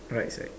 price right